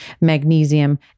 magnesium